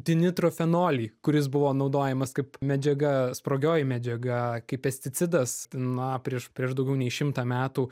dinitro fenolį kuris buvo naudojamas kaip medžiaga sprogioji medžiaga kaip pesticidas na prieš prieš daugiau nei šimtą metų